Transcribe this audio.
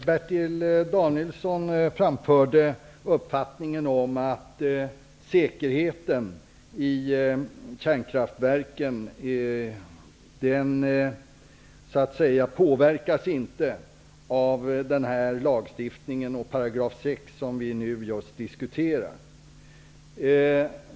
Herr talman! Bertil Danielsson framförde uppfattningen att säkerheten i kärnkraftverken inte påverkas av den här lagstiftningen och 6 §, som vi nu diskuterar.